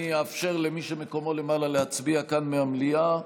אני אאפשר למי שמקומו למעלה להצביע כאן, מהמליאה.